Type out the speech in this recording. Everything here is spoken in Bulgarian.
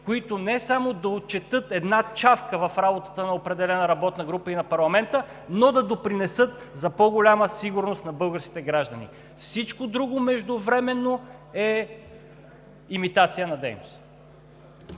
които не само да отчетат една чавка в работата на определена работна група и на парламента, но да допринесат за по-голяма сигурност на българските граждани. Всичко друго, междувременно, е имитация на дейност.